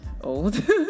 old